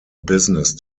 business